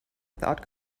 without